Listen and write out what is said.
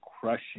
crushing